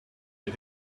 did